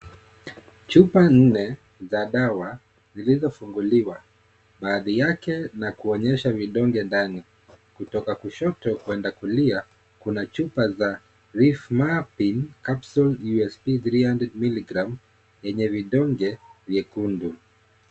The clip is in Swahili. Chupa nne za dawa zilizo funguliwa baadhi yake na kuonyesha vidonge ndani kutoka kushoto kwenda kulia kuna chupa za rifmapin capsule usp 300milligram yenye vidonge vyekundu.